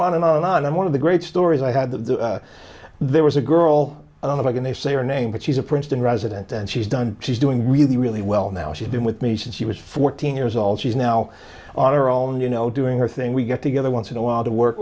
on and on and on and one of the great stories i had that there was a girl on a bike and they say her name but she's a princeton resident and she's done she's doing really really well now she's been with me since she was fourteen years old she's now on her own you know doing her thing we get together once in a while to work